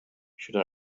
should